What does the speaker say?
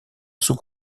sous